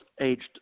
aged